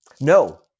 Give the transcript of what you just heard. No